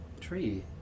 tree